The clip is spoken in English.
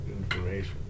information